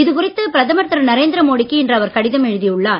இதுகுறித்து பிரதமர் திரு நரேந்திர மோடிக்கு இன்று அவர் கடிதம் எழுதி உள்ளார்